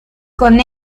con